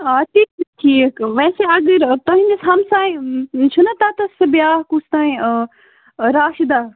آ تِتہِ چھُ ٹھیک ویسے اگر تۄہہِ یُس ہمساے چھُو نا تتتھس سُہ بیاکھ کُس تانۍ راشِدہ